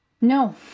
no